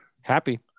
happy